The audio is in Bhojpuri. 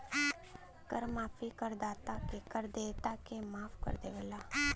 कर माफी करदाता क कर देयता के माफ कर देवला